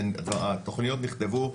התכניות נכתבו,